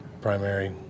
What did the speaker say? primary